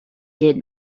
did